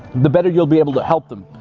the better you'll be able to help them.